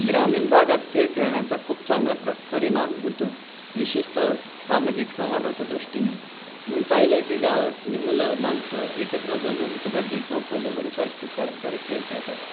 ग्रामीण भागात खेळ खेळण्याचा खूप चांगला प्र परिणाम होतो विशेषत सामाजिक संवादाच्या दृष्टीने मी पाहिलं की गावातली मुलं माणसं एकत्र जमून कबड्डी खो खो लगोरीसारखी पारंपरिक खेळ खेळतात